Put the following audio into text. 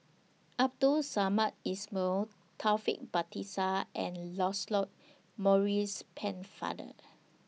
Abdul Samad Ismail Taufik Batisah and Lancelot Maurice Pennefather